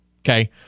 Okay